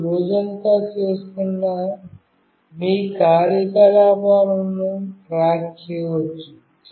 మీరు రోజంతా చేస్తున్న మీ కార్యకలాపాలను ట్రాక్ చేయవచ్చు